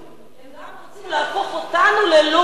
הם גם רוצים להפוך אותנו ללא-בני-אדם,